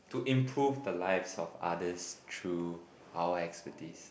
to improve the lives of others true our expertise